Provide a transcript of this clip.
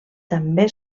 també